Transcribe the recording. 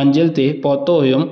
मंज़िल ते पहुतो हुयमि